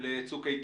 של "צוק איתן".